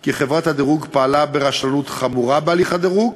כי חברת הדירוג פעלה ברשלנות חמורה בהליך הדירוג,